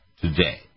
today